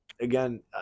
again